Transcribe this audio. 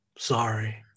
Sorry